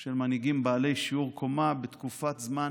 של מנהיגים בעלי שיעור קומה בתקופת זמן